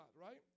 right